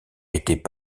étaient